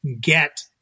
get